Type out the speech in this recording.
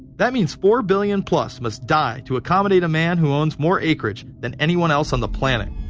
that means four billion-plus must die. to accommodate a man who owns more acreage. than anyone else on the planet.